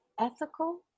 ethical